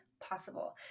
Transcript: possible